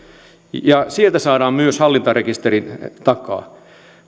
sillä saadaan tietoa myös hallintarekisterin takaa